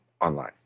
online